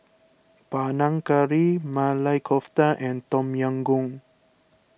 Panang Curry Maili Kofta and Tom Yam Goong